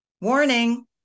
warning